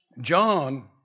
John